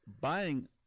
buying